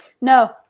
no